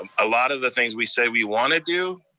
a lot of the things we say we wanna do,